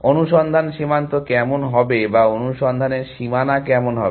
অনুসন্ধান সীমান্ত কেমন হবে বা অনুসন্ধানের সীমানা কেমন হবে